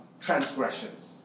transgressions